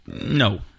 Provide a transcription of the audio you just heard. No